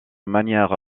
manière